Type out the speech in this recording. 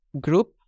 group